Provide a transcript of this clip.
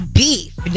beef